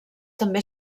també